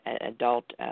adult